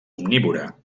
omnívora